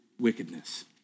wickedness